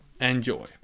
Enjoy